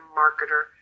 marketer